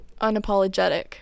unapologetic